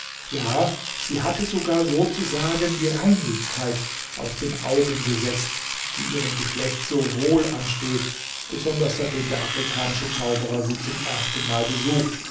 ja sie hatte sogar sozusagen die reinlichkeit aus den augen gesetzt die ihrem geschlecht so wohl ansteht besonders seitdem der afrikanische zauberer sie zum ersten mal besucht